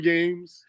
Games